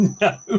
No